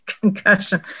concussion